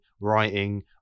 writing